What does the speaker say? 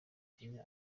kenya